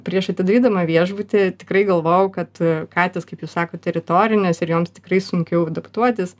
prieš atidarydama viešbutį tikrai galvojau kad katės kaip jūs sakot teritorinės ir joms tikrai sunkiau adaptuotis